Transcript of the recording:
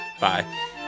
bye